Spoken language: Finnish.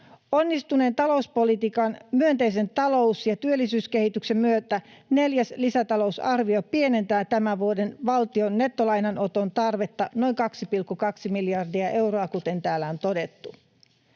Onnistuneen talouspolitiikan, myönteisen talous- ja työllisyyskehityksen myötä, neljäs lisätalousarvio pienentää tämän vuoden valtion nettolainanoton tarvetta noin 2,2 miljardia euroa, kuten täällä on todettu.